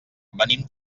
venim